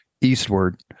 eastward